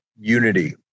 unity